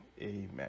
amen